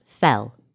fell